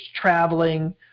traveling